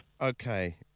Okay